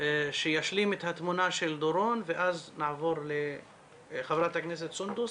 שישלים את התמונה של דורון ואז נעבור לחברת הכנסת סונדוס.